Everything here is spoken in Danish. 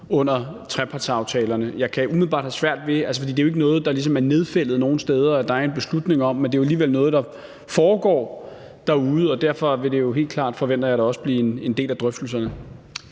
under trepartsaftalerne. Altså, det er jo ikke noget, der ligesom er nedfældet nogle steder, hvor der er en beslutning om det, men det er alligevel noget, der foregår derude, og derfor vil det helt klart, forventer jeg da også, blive en del af drøftelserne.